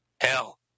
Hell